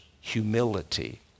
humility